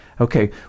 Okay